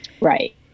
Right